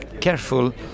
careful